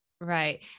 right